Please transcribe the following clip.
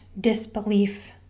disbelief